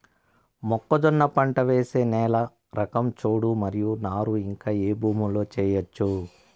మొక్కజొన్న పంట వేసే నేల రకం చౌడు మరియు నారు ఇంకా ఏ భూముల్లో చేయొచ్చు?